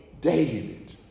David